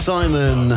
Simon